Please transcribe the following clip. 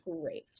great